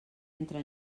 entra